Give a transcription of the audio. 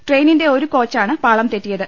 ട്രെയിനിന്റെ ഒരു കോച്ചാണ് പാളം തെറ്റിയത്